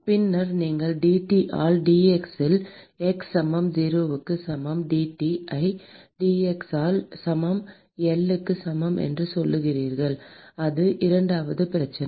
பின்னர் நீங்கள் dT ஆல் dx இல் x சமம் 0 க்கு சமம் dT ஐ dx ல் x சமம் L க்கு சமம் என்று சொல்கிறீர்கள் அது இரண்டாவது பிரச்சனை